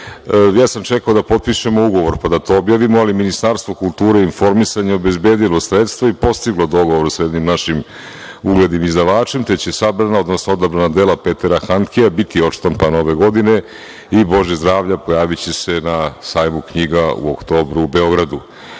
ja sam čekao da potpišemo ugovor, pa da to objavimo, ali Ministarstvo kulture i informisanja je obezbedilo sredstva i postiglo dogovor sa jednim našim uglednim izdavačem, te će sabrano, odnosno odabrana dela Petera Handkea biti odštampano ove godine i Bože zdravlja pojaviće se na sajmu knjiga u oktobru u Beogradu. Tako